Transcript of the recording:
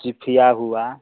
शिफिया हुआ